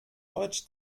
deutsch